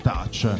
Touch